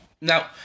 now